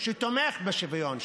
שתומך בשוויון,